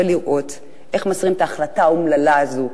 לראות איך מסירים את ההחלטה האומללה הזאת,